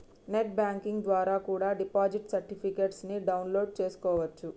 net banking ద్వారా కూడా deposit certificates ని డౌన్ లోడ్ చేస్కోవచ్చు